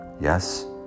Yes